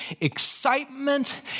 excitement